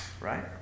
right